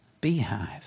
beehive